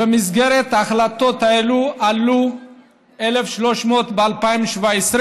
ובמסגרת ההחלטות האלו עלו 1,300 ב-2017,